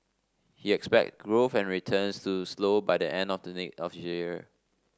he expect growth and returns to slow by the end of the of year